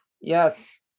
yes